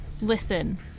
listen